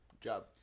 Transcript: job